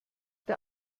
der